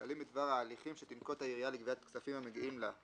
כללים בדבר ההליכים שתנקוט העיריה לגביית כספים המגיעים לה,